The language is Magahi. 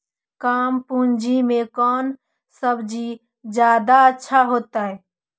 कम पूंजी में कौन सब्ज़ी जादा अच्छा होतई?